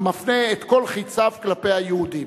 המפנה את כל חציו כלפי היהודים.